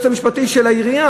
של היועץ המשפטי של העירייה.